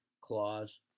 clause